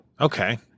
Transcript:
Okay